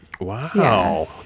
wow